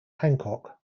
hancock